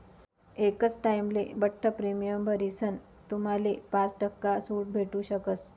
एकच टाइमले बठ्ठ प्रीमियम भरीसन तुम्हाले पाच टक्का सूट भेटू शकस